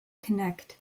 connect